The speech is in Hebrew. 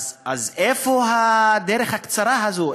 אז איפה הדרך הקצרה הזו?